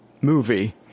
movie